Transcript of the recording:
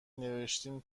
نوشتین